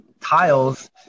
tiles